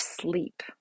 sleep